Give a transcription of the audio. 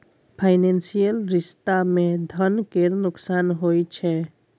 financial रिश्ता मे धन केर नोकसान होइ छै